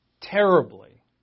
terribly